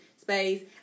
space